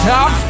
Top